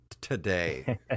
today